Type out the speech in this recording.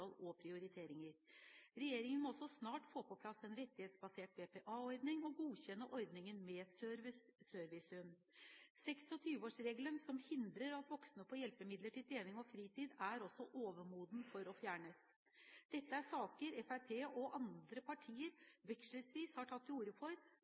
og prioriteringer. Regjeringen må også snart få på plass en rettighetsbasert BPA-ordning og godkjenne ordningen med servicehund. 26-årsregelen, som hindrer at voksne får hjelpemidler til trening og fritid, er også overmoden for å fjernes. Dette er saker Fremskrittspartiet og andre